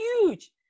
huge